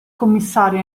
commissario